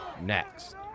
next